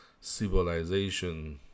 civilization